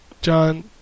John